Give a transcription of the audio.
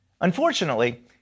Unfortunately